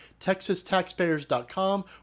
texastaxpayers.com